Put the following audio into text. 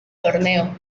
torneo